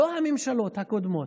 הממשלות הקודמות,